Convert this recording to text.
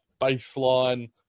baseline